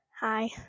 hi